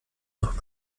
noch